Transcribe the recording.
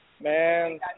Man